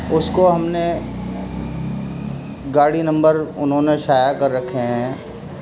اس کو ہم نے گاڑی نمبر انہوں نے شائع کر رکھے ہیں